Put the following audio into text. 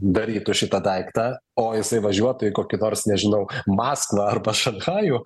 darytų šitą daiktą o jisai važiuotų į kokį nors nežinau maskvą arba šanchajų